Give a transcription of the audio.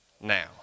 now